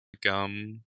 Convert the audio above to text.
gum